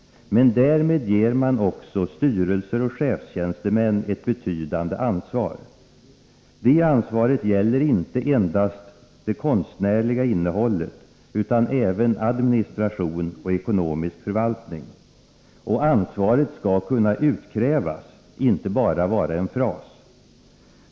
Men därmed ger man också styrelser och chefstjänstemän betydande ansvar. Det ansvaret gäller inte endast det konstnärliga innehållet, utan även administration och ekonomisk förvaltning. Och ansvaret skall kunna utkrävas, inte bara vara en fras.